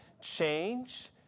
change